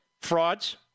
frauds